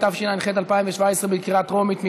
התשע"ח 2017 בקריאה טרומית.